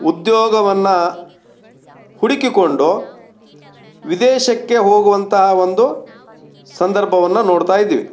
ಉದ್ಯೋಗವನ್ನು ಹುಡುಕಿಕೊಂಡು ವಿದೇಶಕ್ಕೆ ಹೋಗುವಂತಹ ಒಂದು ಸಂದರ್ಭವನ್ನು ನೋಡ್ತಾ ಇದ್ದೀವಿ